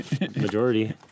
majority